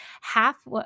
half